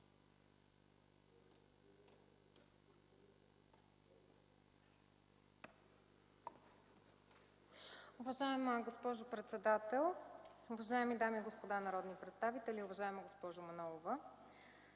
Уважаеми господин председател, уважаеми дами и господа народни представители, уважаема госпожо Крумова!